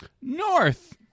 North